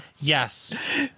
yes